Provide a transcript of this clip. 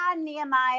Nehemiah